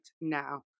now